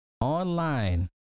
online